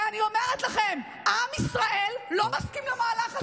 ואני אומרת לכם: עם ישראל לא מסכים למהלך הזה.